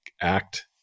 act